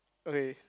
okay